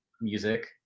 music